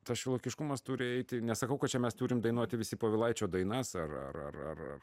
tas šiuolaikiškumas turi eiti nesakau kad čia mes turime dainuoti visi povilaičio dainas ar ar ar ar ar